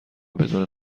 بدون